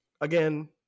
again